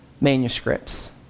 manuscripts